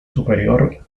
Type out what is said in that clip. superior